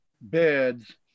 beds